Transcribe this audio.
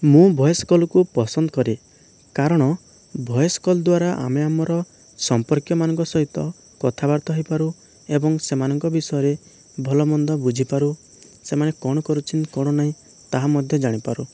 ମୁଁ ଭଏସ୍ କଲ୍କୁ ପସନ୍ଦ କରେ କାରଣ ଭଏସ୍ କଲ୍ ଦ୍ଵାରା ଆମେ ଆମର ସମ୍ପର୍କୀୟ ମାନଙ୍କ ସହିତ କଥା ବାର୍ତ୍ତା ହୋଇପାରୁ ଏବଂ ସେମାନଙ୍କ ବିଷୟରେ ଭଲ ମନ୍ଦ ବୁଝିପାରୁ ସେମାନେ କଣ କରୁଛନ୍ତି କଣ ନାହିଁ ତାହା ମଧ୍ୟ ଜାଣିପାରୁ